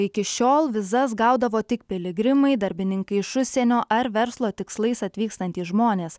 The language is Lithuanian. iki šiol vizas gaudavo tik piligrimai darbininkai iš užsienio ar verslo tikslais atvykstantys žmonės